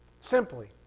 Simply